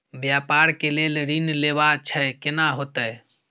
व्यापार के लेल ऋण लेबा छै केना होतै?